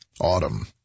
autumn